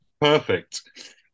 Perfect